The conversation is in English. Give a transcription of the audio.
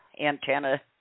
antenna